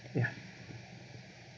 ya